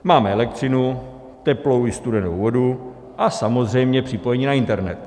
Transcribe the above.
Máme elektřinu, teplou i studenou vodu a samozřejmě připojení na internet.